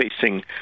facing